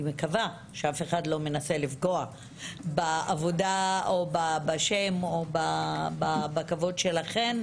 אני מקווה שאף אחד לא מנסה לפגוע בעבודה או בשם או בכבוד שלכן.